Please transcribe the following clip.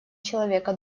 человека